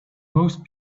most